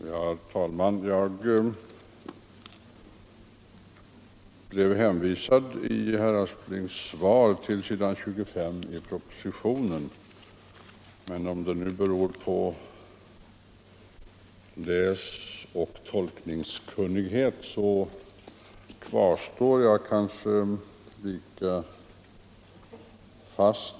Herr talman! Jag blir i herr Asplings svar hänvisad till s. 25 i propositionen. Jag vet inte om det beror på läsoch tolkningssvårigheter, men jag finner inget strikt svar på mina frågor.